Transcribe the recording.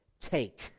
take